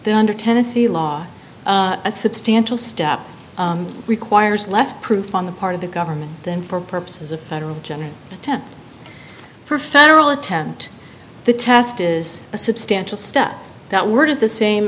that under tennessee law a substantial step requires less proof on the part of the government than for purposes of federal general attempt per federal attempt the test is a substantial step that word is the same